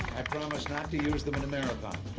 i promise not to use them in a marathon.